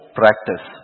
practice